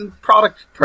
product